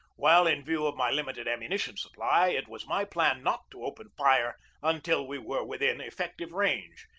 while, in view of my limited am munition supply, it was my plan not to open fire until we were within effective range,